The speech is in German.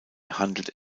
handelt